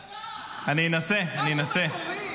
בבקשה, משהו מקורי.